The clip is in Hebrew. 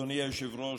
אדוני היושב-ראש,